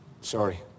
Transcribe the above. Sorry